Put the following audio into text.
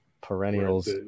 perennials